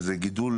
שזה גידול